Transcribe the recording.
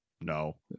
no